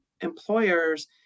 employers